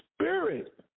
spirit